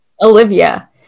Olivia